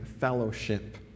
fellowship